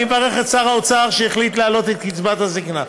אני מברך את שר האוצר על שהחליט להעלות את קצבת הזקנה,